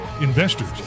investors